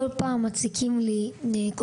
כל פעם מציקים לי ומקללים,